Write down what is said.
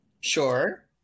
Sure